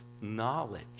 knowledge